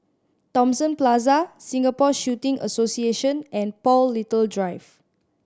Thomson Plaza Singapore Shooting Association and Paul Little Drive